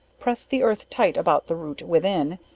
press the earth tight about the root within,